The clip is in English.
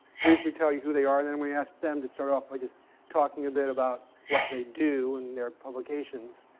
briefly tell you who they are, and then we asked them to start off by just talking a bit about what they do in their publications.